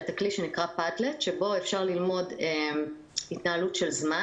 את הכלי שנקרא פדלט שבו אפשר ללמוד התנהלות של זמן